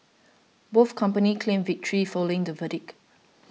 both companies claimed victory following the verdict